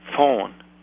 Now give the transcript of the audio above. phone